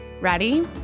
Ready